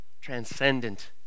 transcendent